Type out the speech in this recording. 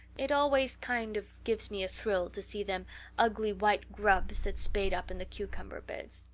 it always kind of gives me a thrill to see them ugly white grubs that spade up in the cucumber beds.